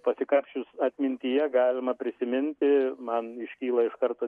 pasikapsčius atmintyje galima prisiminti man iškyla iš karto